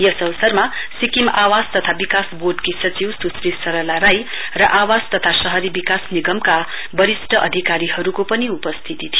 यस अवसरमा सिक्किम आवास तथा विकास वोर्डकी सचिव सुश्री सरला राई र आवास तथा शहरी विकास निगमका वरिस्ट अधिकारीहरुको पनि उपस्थिती थियो